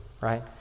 Right